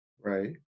Right